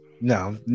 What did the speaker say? no